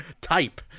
type